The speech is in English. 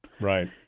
right